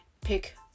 pick